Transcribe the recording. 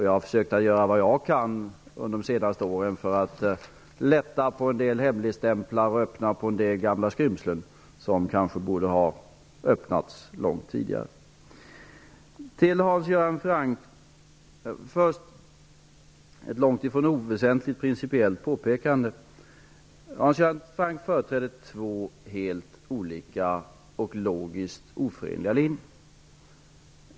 Jag har försökt att göra vad jag kan under de senaste åren för att lätta på en del hemligstämplar och öppna en del gamla skrymslen som kanske borde ha öppnats långt tidigare. Till Hans Göran Franck vill jag först göra ett långt ifrån oväsentligt principiellt påpekande. Hans Göran Franck företräder två helt olika och logiskt oförenliga linjer.